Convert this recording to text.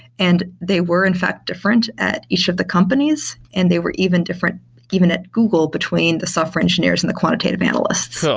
and they were in fact different at each of the companies and they were even different even at google between the software engineers and the quantitative analysts. so